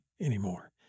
anymore